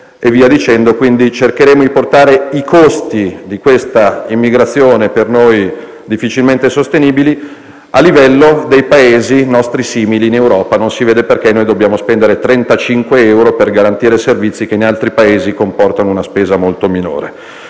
e via dicendo. Quindi, cercheremo di portare i costi di questa immigrazione, per noi difficilmente sostenibili, al livello dei Paesi nostri simili in Europa. Non si vede perché dobbiamo spendere 35 euro per garantire servizi che in altri Paesi comportano una spesa molto minore.